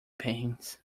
pains